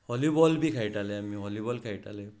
volleyball बी खेळटाले आमी वॉलीबॉल खेळटाले